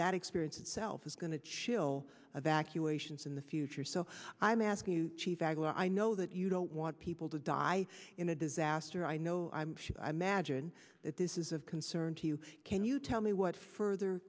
that experience itself is going to chill evacuations in the future so i'm asking you chief aguilar i know that you don't want people to die in a disaster i know i'm i imagine that this is of concern to you can you tell me what further